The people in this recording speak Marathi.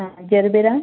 हां जरबेरा